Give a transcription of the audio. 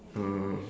uh